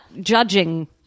judging